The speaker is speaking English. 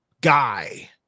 guy